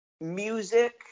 Music